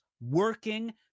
working